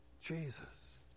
Jesus